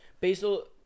Basil